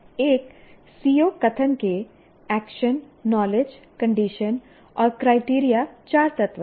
तो एक CO कथन के एक्शन नॉलेज कंडीशन और क्राइटेरिया 4 तत्व हैं